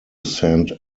saint